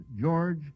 George